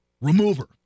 remover